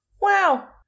Wow